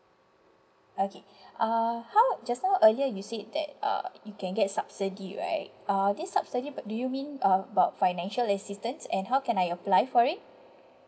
okay uh how just now earlier you said that uh it can get subsidy right uh this subsidy about do you mean uh about financial assistance and how can I apply for it